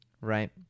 right